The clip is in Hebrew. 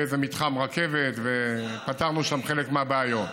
איזה מתחם רכבת ופתרנו שם חלק מהבעיות.